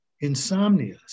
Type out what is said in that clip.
insomnia